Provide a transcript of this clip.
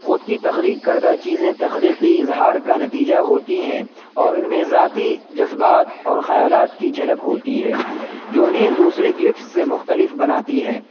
خود کی تخلیق کردہ چیزیں تخلیقی اظہار کا نتیجہ ہوتی ہیں اور ان میں ذاتی جذبات اور خیالات کی جھلک ہوتی ہے جو انہیں دوسرے گفٹس سے مختلف بناتی ہے